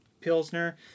Pilsner